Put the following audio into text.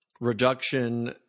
reduction